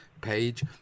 page